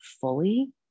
fully